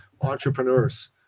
entrepreneurs